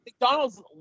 McDonald's